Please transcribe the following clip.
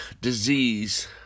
disease